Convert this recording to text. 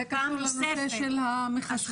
זה קשור לנושא של המחשבים.